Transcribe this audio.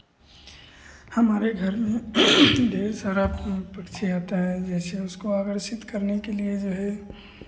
हमारे घर में ढेर सारा पक्षी आता है जैसे उसको आकर्षित करने के लिए जो है